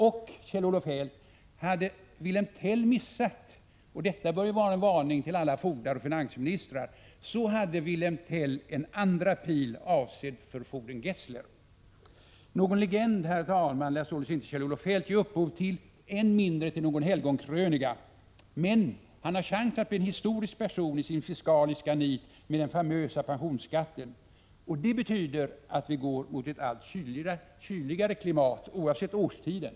Men, Kjell-Olof Feldt, Wilhelm Tell hade, för den händelse han skulle missa — och detta bör ju vara en varning till alla fogdar och finansministrar — en andra pil, avsedd för fogden Gessler. Herr talman! Någon legend lär således inte Kjell-Olof Feldt ge upphov till, än mindre till någon helgonkrönika. Men han har chans att bli en historisk person genom sitt fiskaliska nit med den famösa pensionsskatten. Det betyder att vi går mot ett allt kyligare klimat, oavsett årstiden.